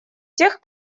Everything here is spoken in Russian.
тех